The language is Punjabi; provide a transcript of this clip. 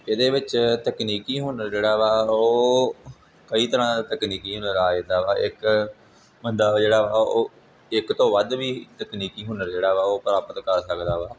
ਇਹਦੇ ਵਿੱਚ ਤਕਨੀਕੀ ਹੁਨਰ ਜਿਹੜਾ ਵਾ ਉਹ ਕਈ ਤਰ੍ਹਾਂ ਦਾ ਤਕਨੀਕੀ ਹੁਨਰ ਆ ਜਾਂਦਾ ਵਾ ਇੱਕ ਬੰਦਾ ਵਾ ਜਿਹੜਾ ਵਾ ਉਹ ਇੱਕ ਤੋਂ ਵੱਧ ਵੀ ਤਕਨੀਕੀ ਹੁਨਰ ਜਿਹੜਾ ਵਾ ਉਹ ਪ੍ਰਾਪਤ ਕਰ ਸਕਦਾ ਵਾ